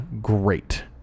great